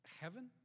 heaven